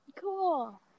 cool